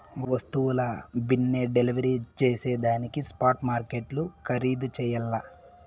వస్తువుల బిన్నే డెలివరీ జేసేదానికి స్పాట్ మార్కెట్లు ఖరీధు చెయ్యల్ల